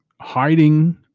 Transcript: hiding